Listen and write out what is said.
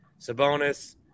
Sabonis